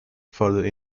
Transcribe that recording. further